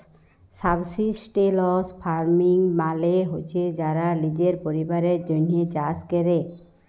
subsistence farming মালে হছে যারা লিজের পরিবারের জ্যনহে চাষ ক্যরে